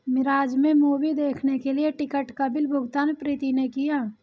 मिराज में मूवी देखने के लिए टिकट का बिल भुगतान प्रीति ने किया